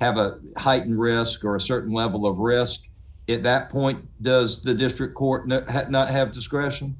have a heightened risk or a certain level of risk at that point does the district court not have discretion